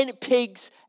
pigs